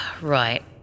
Right